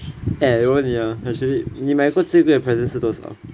eh 我问你 ah actually 你买过最贵的 present 是多少